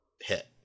hit